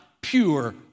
pure